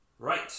Right